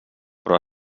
però